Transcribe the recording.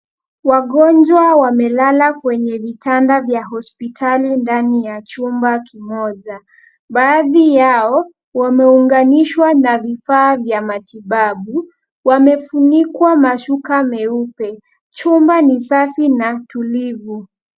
Wagonjwa wamelala kwenye vitanda vya hospitali ndani ya chumba kimoja. Baadhi yao wameunganishwa na vifaa vya matibabu, wamefunikwa mashuka meupe. Chumba ni safi na tulivu.